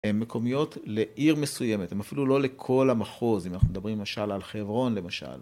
הן מקומיות לעיר מסוימת, הן אפילו לא לכל המחוז, אם אנחנו מדברים למשל על חברון למשל.